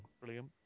Brilliant